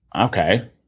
Okay